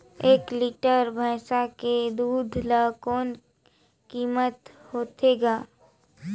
एक लीटर भैंसा के दूध कर कौन कीमत होथे ग?